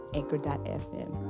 anchor.fm